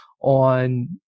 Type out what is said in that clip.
on